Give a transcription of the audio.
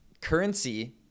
Currency